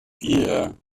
vier